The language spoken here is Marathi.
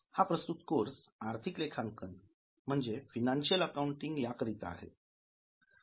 हा प्रस्तुत कोर्स आर्थिक लेखांकन म्हणजेच फिनान्शियल अकाउंटिंग याकरिता आहे